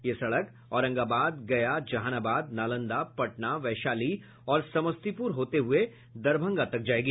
यह सड़क औरंगाबाद गया जहानाबाद नालंदा पटना वैशाली और समस्तीपुर होते हुये दरभंगा तक जायेगी